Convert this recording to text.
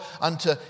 unto